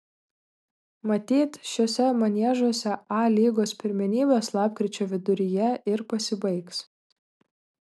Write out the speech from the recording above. matyt šiuose maniežuose a lygos pirmenybės lapkričio viduryje ir pasibaigs